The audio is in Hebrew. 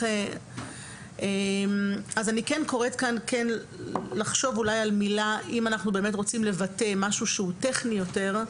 אני קוראת לחשוב כאן על מילה שתבטא משהו טכני יותר.